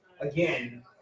again